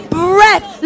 breath